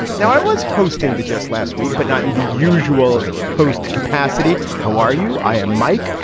now i was hosting the just last week but not in the usual host capacity. how are you. i am mike.